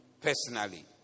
personally